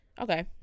Okay